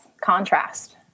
Contrast